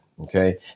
okay